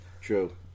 True